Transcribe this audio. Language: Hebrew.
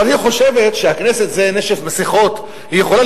אבל היא חושבת שהכנסת זה נשף מסכות ושהיא יכולה